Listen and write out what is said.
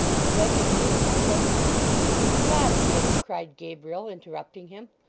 and led to his and my brother's good god, sir cried gabriel, interrupting him,